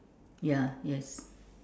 ya yes